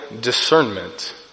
discernment